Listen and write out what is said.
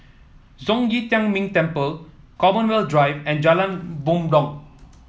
Zhong Yi Tian Ming Temple Commonwealth Drive and Jalan Bumbong